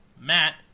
Matt